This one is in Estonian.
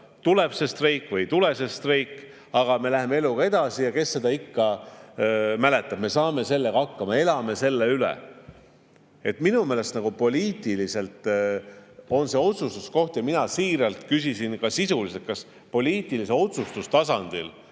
Tuleb see streik või ei tule see streik, aga me läheme eluga edasi ja kes seda ikka mäletab, me saame sellega hakkama, elame selle üle. Minu meelest on see poliitilise otsustuse koht ja mina siiralt küsisin, ka sisuliselt, kas poliitilisel otsustustasandil